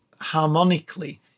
harmonically